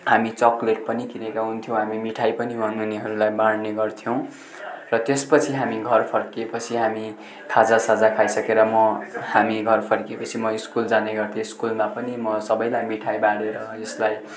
हामी चक्लेट पनि किनेका हुन्थ्यौँ हामी मिठाइ पनि माग्नेहरूलाई बाड्ने गर्थ्यौँ र त्यसपछि हामी घर फर्किएपछि हामी खाजासाजा खाइसकेर म हामी घर फर्किएपछि म स्कुल जाने गर्थेँ स्कुलमा पनि म सबैलाई मिठाइ बाँडेर यसलाई